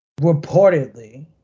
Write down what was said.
reportedly